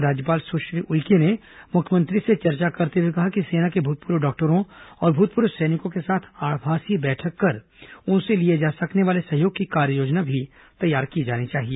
राज्यपाल सुश्री उइके ने मुख्यमंत्री से चर्चा करते हुए कहा कि सेना के भूतपूर्व डॉक्टरों और भूतपूर्व सैनिकों के साथ आभासी बैठक कर उनसे लिए जा सकने वाले सहयोग की कार्ययोजना तैयार की जानी चाहिए